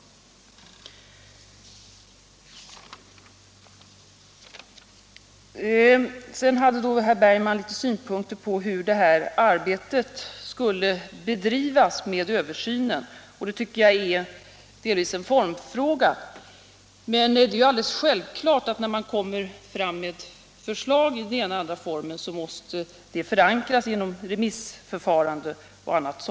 Herr Bergman hade en del synpunkter på hur översynsarbetet skulle bedrivas. Det tycker jag delvis är en formfråga. Men det är alldeles självklart att när vi kommer fram med ett förslag i den ena eller andra formen, så måste det förankras genom remissförfarande och liknande.